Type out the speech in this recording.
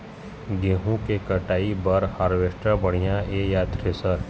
गेहूं के कटाई बर हारवेस्टर बढ़िया ये या थ्रेसर?